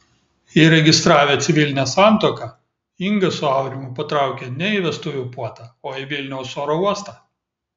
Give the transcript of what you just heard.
įregistravę civilinę santuoką inga su aurimu patraukė ne į vestuvių puotą o į vilniaus oro uostą